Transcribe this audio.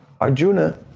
Arjuna